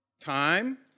Time